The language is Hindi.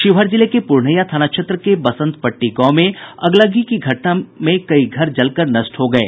शिवहर जिले के पुरनहिया थाना क्षेत्र के बसंत पट्टी गांव में अगलगी की घटना में कई घर जलकर नष्ट हो गये